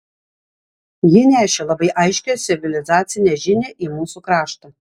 ji nešė labai aiškią civilizacinę žinią į mūsų kraštą